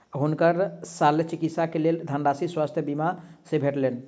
हुनकर शल्य चिकित्सा के लेल धनराशि स्वास्थ्य बीमा से भेटलैन